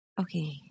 Okay